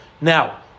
Now